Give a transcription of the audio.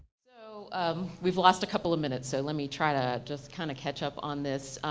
so um we've lost a couple of minutes so let me try to just kind of catch up on this.